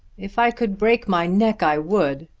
if i could break my neck i would.